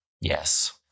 yes